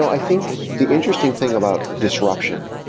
i think the interesting thing about disruption,